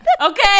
Okay